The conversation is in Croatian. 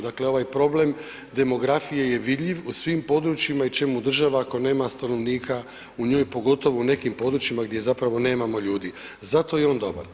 Dakle, ovaj problem demografije je vidljiv u svim područjima i čemu država ako nema stanovnika u njoj pogotovo u nekim područjima gdje zapravo nemamo ljudi, zato je on dobar.